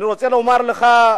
אני רוצה לומר לך,